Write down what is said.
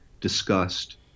discussed